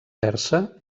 persa